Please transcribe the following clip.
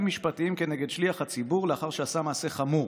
משפטיים נגד שליח הציבור לאחר שעשה מעשה חמור.